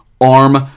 Arm